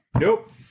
Nope